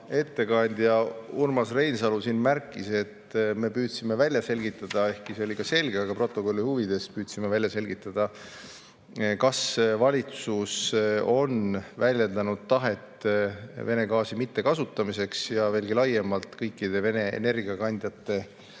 ettekandja Urmas Reinsalu siin märkis, et me püüdsime välja selgitada, ehkki see oli juba selge, aga [stenogrammi] huvides [kordan, et] püüdsime välja selgitada, kas valitsus on väljendanud tahet Vene gaasi mittekasutamiseks ja, veelgi laiemalt, kõikide Vene energiakandjate kasutamise